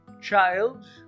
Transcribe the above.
child